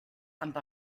amb